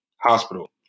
hospital